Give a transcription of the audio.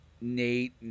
Nate